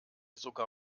sogar